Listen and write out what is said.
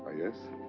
yes,